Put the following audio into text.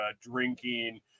drinking